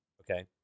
Okay